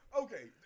Okay